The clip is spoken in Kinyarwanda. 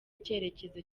icyerekezo